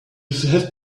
have